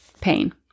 pain